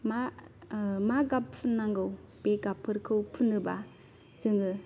मा ओ मा गाब फुननांगौ बे गाबफोरखौ फुनोबा जोङो